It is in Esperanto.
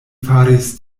faris